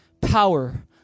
Power